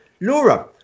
Laura